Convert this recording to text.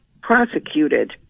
prosecuted